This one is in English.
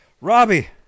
Robbie